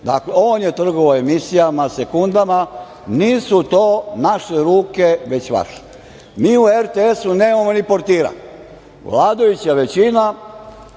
Dakle, on je trgovao emisijama, sekundama. Nisu to naše ruke, već vaše. Mi u RTS-u nemamo ni portira. Vladajuća većina